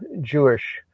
Jewish